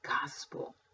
gospel